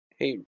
Hey